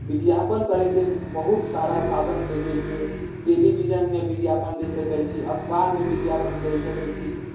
विज्ञापन करैके बहुत सारा साधन छै जैसे टेलिविजनमे विज्ञापन दे सकै छी अखबारमे विज्ञापन दे सकौ छी